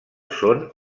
són